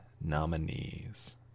nominees